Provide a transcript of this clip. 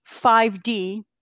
5D